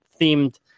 themed